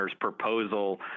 proposal